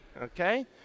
Okay